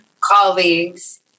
colleagues